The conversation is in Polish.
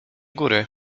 góry